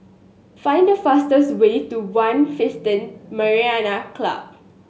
find the fastest way to One Club